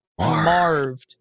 marved